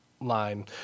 line